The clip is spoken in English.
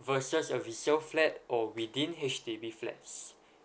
versus a resale flat or within H_D_B flats